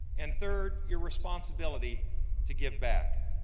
and third, your responsibility to give back.